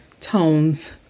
tones